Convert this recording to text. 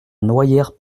noyers